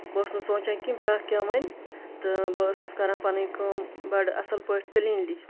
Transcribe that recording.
بہٕ ٲسٕس نہٕ سونٛچان کیٚنٛہہ بیاکھ کیاہ وَنہِ تہٕ بہٕ ٲسٕس کران پَںٕنۍ کٲم بَڑٕ اَصٕل پٲٹھۍ کٕلیٖنلی